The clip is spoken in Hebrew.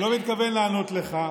אני לא מתכוון לענות לך.